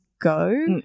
go –